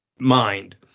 mind